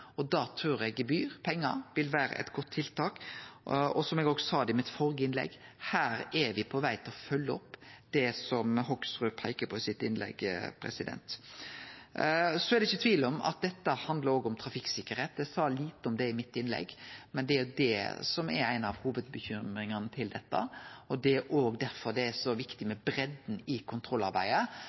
og da trur eg gebyr – pengar – vil vere eit godt tiltak. Som eg òg sa i mitt førre innlegg: Her er me på veg til å følgje opp det Hoksrud peikte på i innlegget sitt. Det er ikkje tvil om at dette òg handlar om trafikksikkerheit. Eg sa lite om det i innlegget mitt, men det er jo ei av hovudbekymringane ved dette, og det er òg derfor det er så viktig med breidde i kontrollarbeidet.